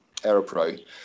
AeroPro